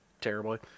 terribly